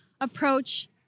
approach